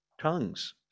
tongues